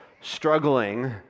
struggling